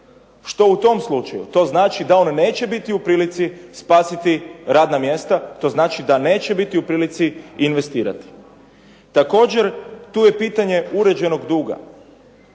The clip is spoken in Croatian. što u tom slučaju? To znači da on neće biti u prilici spasiti radna mjesta, to znači da neće biti u prilici investirati. Također, tu je pitanje uređenog duga.